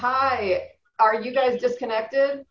hi are you guys just connected